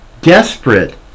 desperate